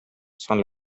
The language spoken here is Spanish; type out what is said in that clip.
son